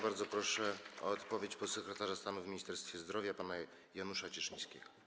Bardzo proszę o odpowiedź podsekretarza stanu w Ministerstwie Zdrowia pana Janusza Cieszyńskiego.